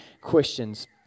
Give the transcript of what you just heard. questions